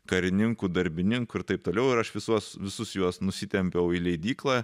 karininkų darbininkų ir taip toliau ir aš visuos visus juos nusitempiau į leidyklą